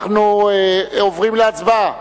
אנחנו עוברים להצבעה.